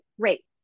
great